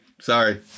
Sorry